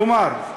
כלומר,